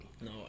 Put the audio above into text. No